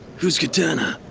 who's katana?